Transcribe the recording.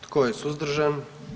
Tko je suzdržan?